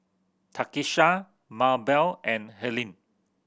Takisha Mabelle and Helene